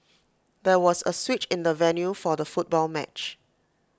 there was A switch in the venue for the football match